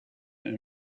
and